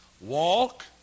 Walk